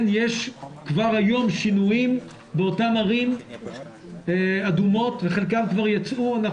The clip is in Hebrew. יש כבר היום שינויים באותן ערים אדומות וחלקן כבר יצאו,